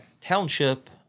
township